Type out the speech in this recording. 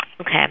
Okay